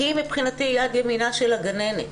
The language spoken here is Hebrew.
היא מבחינתי יד ימינה של הגננת.